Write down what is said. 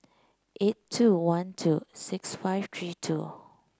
eight two one two six five three two